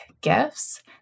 gifts